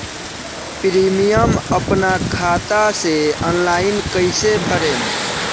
Premium अपना खाता से ऑनलाइन कईसे भरेम?